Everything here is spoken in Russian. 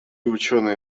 ученые